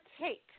take